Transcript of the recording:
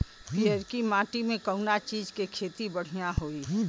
पियरकी माटी मे कउना चीज़ के खेती बढ़ियां होई?